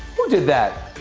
who did that?